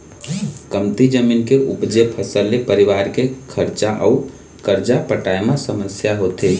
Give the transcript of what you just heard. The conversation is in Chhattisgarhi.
कमती जमीन के उपजे फसल ले परिवार के खरचा अउ करजा पटाए म समस्या होथे